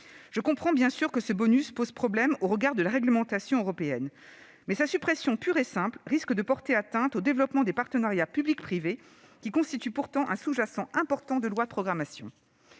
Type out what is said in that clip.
Je comprends bien sûr que ce « bonus » pose problème au regard de la réglementation européenne. Toutefois, sa suppression pure et simple risque de porter atteinte au développement des partenariats public-privé, qui constituent pourtant un « sous-jacent » important de la loi de programmation.